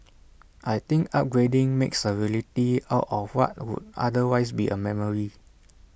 I think upgrading makes A reality out of what would otherwise be A memory